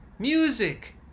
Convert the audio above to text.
music